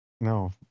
No